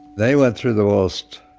they went through the most